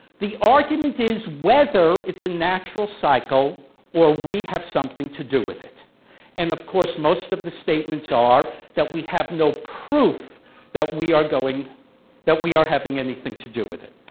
the argument is whether it's a natural cycle or we have something to do with it and of course most of the statements are that we have no proof that we are that we are having anything to do with it.